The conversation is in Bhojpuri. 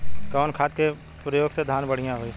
कवन खाद के पयोग से धान बढ़िया होई?